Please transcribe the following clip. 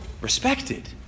respected